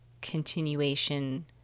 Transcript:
continuation